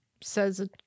says